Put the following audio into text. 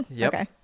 okay